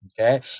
okay